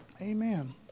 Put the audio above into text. Amen